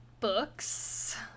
books